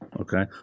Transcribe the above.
okay